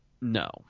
No